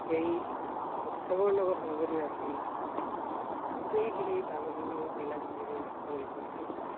সেই উৎসৱৰ লগত সংগতি ৰাখি গোটেইখিনি মানুহৰ লগত মিলা প্ৰীতিৰে জড়িত হৈ থাকোঁ